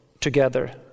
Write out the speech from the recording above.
together